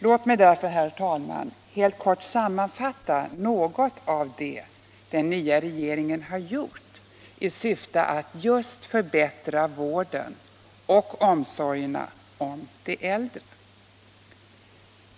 Låt mig därför, herr talman, helt kort sammanfatta något av det som den nya regeringen har gjort i syfte att just förbättra vården och omsorgerna om de äldre.